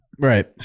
Right